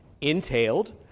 entailed